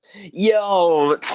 Yo